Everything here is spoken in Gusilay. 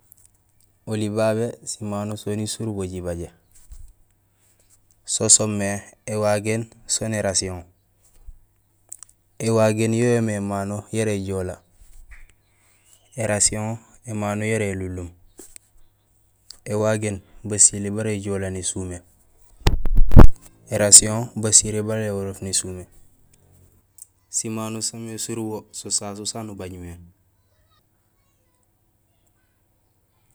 Oli babé nubajé simano surubo jibajé so soomé éwagéén sén érasihon. Ēwagéén yo yoomé émano yara éjoolee; Ērasihon émano yara élunlum. Ēwagéén basilé bara éjoolee nésumé, érasihon basilé bara éholoof nésumé. Simano saamé surubo so sasu saan ubaj mé.